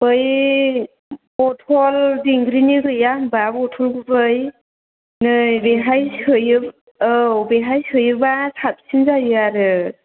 बै बथल दिंग्रिनि गैया होमबा बथल गुबै नै बेहाय सोयो औ बेहाय सोयोबा साबसिन जायो आरो